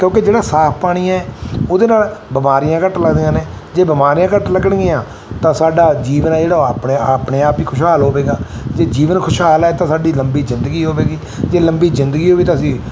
ਕਿਉਂਕਿ ਜਿਹੜਾ ਸਾਫ ਪਾਣੀ ਹੈ ਉਹਦੇ ਨਾਲ ਬਿਮਾਰੀਆਂ ਘੱਟ ਲੱਗਦੀਆਂ ਨੇ ਜੇ ਬਿਮਾਰੀਆਂ ਘੱਟ ਲੱਗਣਗੀਆਂ ਤਾਂ ਸਾਡਾ ਜੀਵਨ ਹੈ ਜਿਹੜਾ ਉਹ ਆਪਣੇ ਆਪਣੇ ਆਪ ਹੀ ਖੁਸ਼ਹਾਲ ਹੋਵੇਗਾ ਜੇ ਜੀਵਨ ਖੁਸ਼ਹਾਲ ਹੈ ਤਾਂ ਸਾਡੀ ਲੰਬੀ ਜ਼ਿੰਦਗੀ ਹੋਵੇਗੀ ਜੇ ਲੰਬੀ ਜ਼ਿੰਦਗੀ ਹੋਵੇ ਤਾਂ ਅਸੀਂ